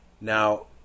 Now